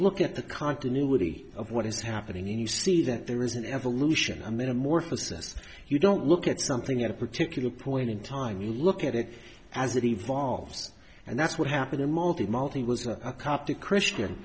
look at the continuity of what is happening and you see that there is an evolution and then amorphous us you don't look at something at a particular point in time you look at it as it evolves and that's what happened a multi multi was a cop to christian